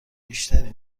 بیشتری